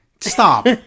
Stop